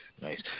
Nice